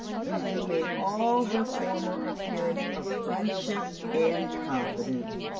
resuming all her former appearance of friendship and confidence,